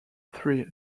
thrill